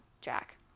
jack